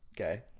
Okay